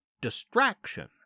Distraction